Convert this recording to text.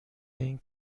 این